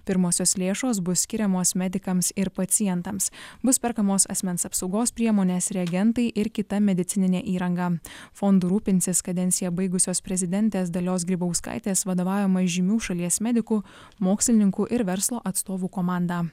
pirmosios lėšos bus skiriamos medikams ir pacientams bus perkamos asmens apsaugos priemonės reagentai ir kita medicininė įranga fondu rūpinsis kadenciją baigusios prezidentės dalios grybauskaitės vadovaujama žymių šalies medikų mokslininkų ir verslo atstovų komanda